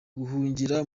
guhungira